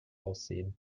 aussehen